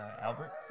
Albert